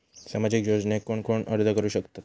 सामाजिक योजनेक कोण कोण अर्ज करू शकतत?